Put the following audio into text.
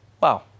Wow